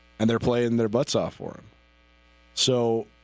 and they're playing their butts off for um so